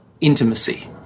intimacy